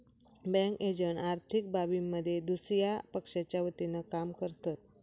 bank agent आर्थिक बाबींमध्ये दुसया पक्षाच्या वतीनं काम करतत